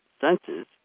senses